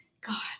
God